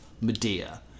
*Medea*